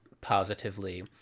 positively